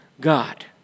God